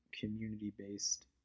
community-based